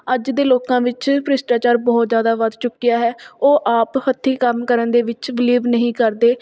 ਅੱਜ ਦੇ ਲੋਕਾਂ ਵਿੱਚ ਭ੍ਰਿਸ਼ਟਾਚਾਰ ਬਹੁਤ ਜ਼ਿਆਦਾ ਵੱਧ ਚੁੱਕਿਆ ਹੈ ਉਹ ਆਪ ਹੱਥੀਂ ਕੰਮ ਕਰਨ ਦੇ ਵਿੱਚ ਬਿਲੀਵ ਨਹੀਂ ਕਰਦੇ